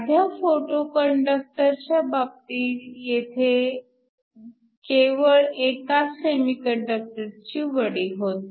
साध्या फोटो कंडक्टरच्या बाबतीत तेथे केवळ एका सेमीकंडक्टरची वडी होती